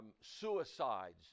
suicides